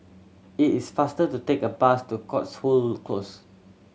it is faster to take the bus to Cotswold Close